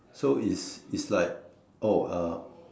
so is is like oh uh